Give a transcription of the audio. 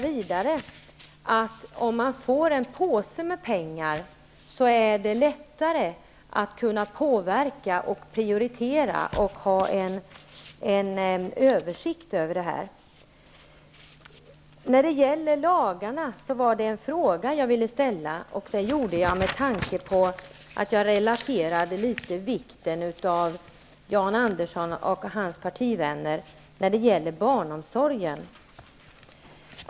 Vidare tror jag att det är lättare att påverka och prioritera och ha en överblick över det hela om man får en påse med pengar. Jag ställde en fråga när det gällde lagarna, och det gjorde jag med tanke på att Jan Andersson och hans partivänner betonar vikten av barnomsorgen.